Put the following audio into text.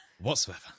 whatsoever